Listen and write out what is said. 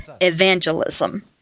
evangelism